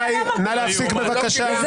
אתה קורא אותי לסדר על הערה אחת?